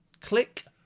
Click